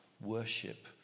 worship